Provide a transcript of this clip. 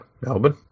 Melbourne